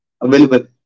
available